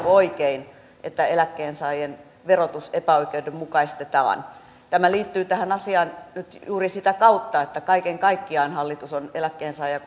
oikein että eläkkeensaajien verotus epäoikeudenmukaistetaan tämä liittyy tähän asiaan nyt juuri sitä kautta että kaiken kaikkiaan hallitus on eläkkeensaajia